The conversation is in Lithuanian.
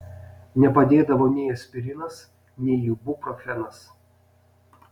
nepadėdavo nei aspirinas nei ibuprofenas